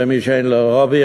במי שאין לו לובי,